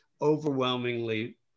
overwhelmingly